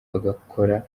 bagakora